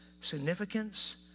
significance